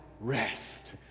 rest